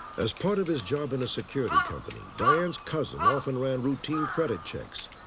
as part of his job in a security company, diane's cousin often ran routine credit checks.